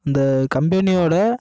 இந்த கம்பெனியோட